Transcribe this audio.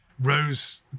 rose